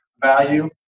value